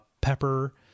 pepper